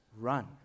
run